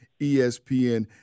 ESPN